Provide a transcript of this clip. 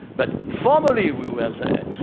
but formerly we were there,